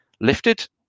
lifted